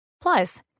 Plus